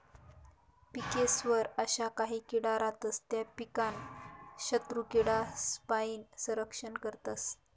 पिकेस्वर अशा काही किडा रातस त्या पीकनं शत्रुकीडासपाईन संरक्षण करतस